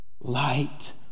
light